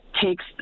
takes